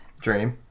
Dream